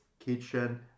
kitchen